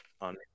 on